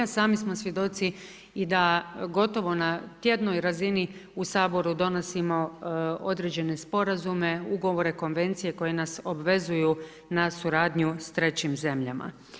Sami smo svjedoci i da gotovo na tjednoj razini u Saboru donosimo određene sporazume, ugovore, konvencije koje nas obvezuju na suradnju sa trećim zemljama.